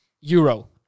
Euro